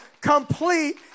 complete